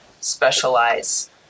specialize